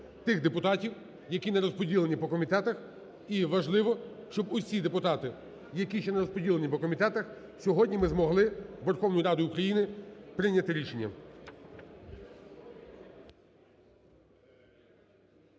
тих депутатів, які не розподілені по комітетах. І важливо, щоб всі депутати, які ще не розподілені по комітетах, сьогодні ми змогли Верховною Радою України прийняти рішення.